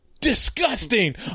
Disgusting